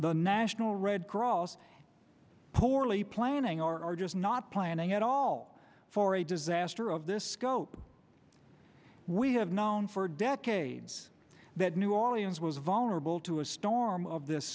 the national red cross poorly planning or are just not planning at all for a disaster of this scope we have known for decades that new orleans was vulnerable to a storm of this